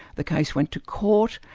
the case went to court,